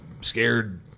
scared